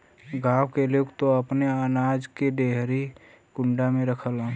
गांव के लोग त अपने अनाज के डेहरी कुंडा में रखलन